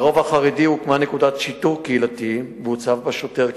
ברובע החרדי הוקמה נקודת שיטור קהילתי והוצב בה שוטר קהילתי.